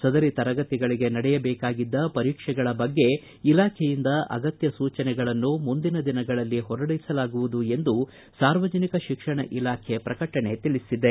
ಸದರಿ ತರಗತಿಗಳಿಗೆ ನಡೆಯಬೇಕಾಗಿದ್ದ ಪರೀಕ್ಷೆಗಳ ಬಗ್ಗೆ ಇಲಾಖೆಯಿಂದ ಅಗತ್ಯ ಸೂಚನೆಗಳನ್ನು ಮುಂದಿನ ದಿನಗಳಲ್ಲಿ ಹೊರಡಿಸಲಾಗುವುದು ಎಂದು ಸಾರ್ವಜನಿಕ ಶಿಕ್ಷಣ ಇಲಾಖೆ ಪ್ರಕಟಣೆ ತಿಳಿಸಿದೆ